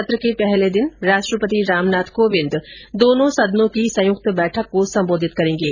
सत्र के पहले दिन राष्ट्रपति रामनाथ कोविंद दोनों सदनों की संयुक्त बैठक को संबोधित करेंगे